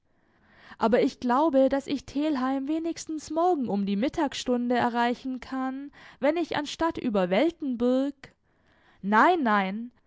aber ich glaube daß ich telheim wenigstens morgen um die mittagsstunde erreichen kann wenn ich anstatt über weltenburg nein nein